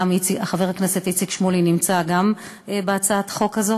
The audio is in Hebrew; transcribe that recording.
גם חבר הכנסת שמולי נמצא בהצעת חוק הזאת.